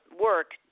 work